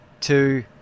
two